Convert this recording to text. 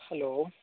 hello